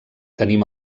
tenim